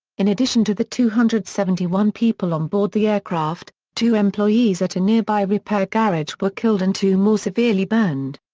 in addition to the two hundred and seventy one people on board the aircraft, two employees at a nearby repair garage were killed and two more severely burned.